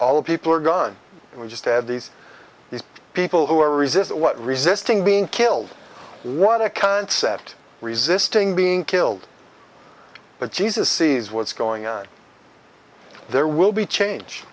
all the people are gone and we just have these these people who are resist what resisting being killed what a concept resisting being killed but jesus sees what's going on there will be change